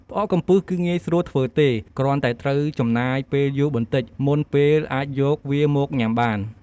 ផ្អកកំពឹសគឺងាយស្រួលធ្វើទេ គ្រាន់តែត្រូវចំណាយពេលយូរបន្តិច មុនពេលអាចយកវាមកញុំាបាន។